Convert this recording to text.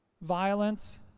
Violence